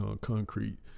concrete